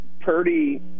Purdy